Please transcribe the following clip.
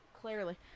clearly